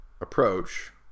approach